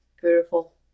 Beautiful